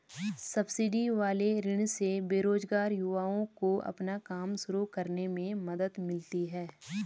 subsidy वाले ऋण से बेरोजगार युवाओं को अपना काम शुरू करने में मदद मिलती है